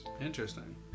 Interesting